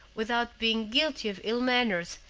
without being guilty of ill manners,